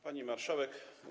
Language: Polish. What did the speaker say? Pani Marszałek!